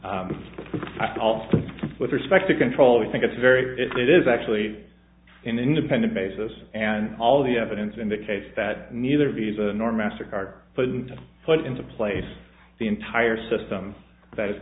all with respect to control we think it's very it is actually an independent basis and all the evidence indicates that neither visa nor master card doesn't put into place the entire system that is